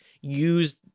use